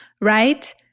right